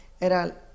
Era